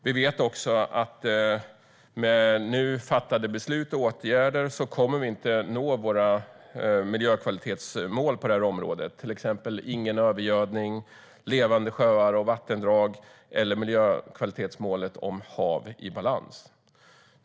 Vi vet också att vi med nuvarande beslut och åtgärder inte kommer att nå våra miljökvalitetsmål på det här området, till exempel målen om ingen övergödning, om levande sjöar och om vattendrag och hav i balans.